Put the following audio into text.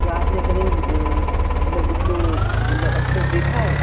क्या आपने कहीं मतलब उसको मतलब अच्छे से देखा है